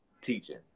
teaching